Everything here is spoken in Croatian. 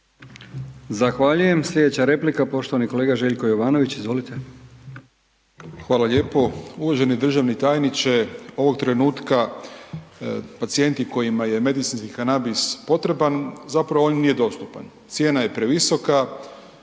Zahvaljujem. Slijedeća replika poštovani kolega Željko Jovanović, izvolite. **Jovanović, Željko (SDP)** Hvala lijepo. Uvaženi državni tajniče, ovog trenutka pacijenti kojima je medicinski kanabis potreban, zapravo on nije dostupan, cijena je previsoka,